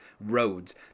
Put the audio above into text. roads